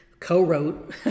co-wrote